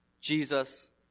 Jesus